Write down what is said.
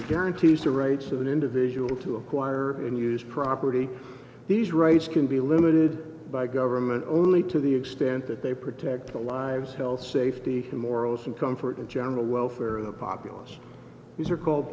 they guarantees the rights of an individual to acquire and use property these rights can be limited by government only to the extent that they protect the lives health safety and morals and comfort and general welfare of the populace these are called